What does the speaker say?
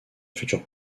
futur